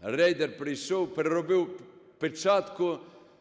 рейдер прийшов, переробив печатку,